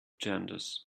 genders